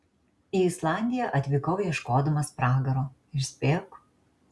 į islandiją atvykau ieškodamas pragaro ir spėk